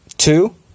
Two